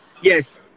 Yes